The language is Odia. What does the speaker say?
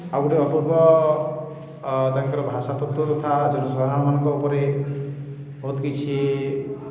ଆଉ ଗୁଟେ ଅପୂର୍ବ ତାଙ୍କର ଭାଷାତତ୍ତ୍ଵ ତଥା ଜନସାଧାରଣମାନଙ୍କ ଉପରେ ବହୁତ କିଛି